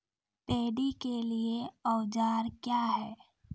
Paddy के लिए औजार क्या हैं?